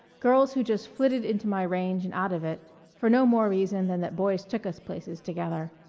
girls who just flitted into my range and out of it for no more reason than that boys took us places together.